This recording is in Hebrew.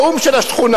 נאום של השכונה,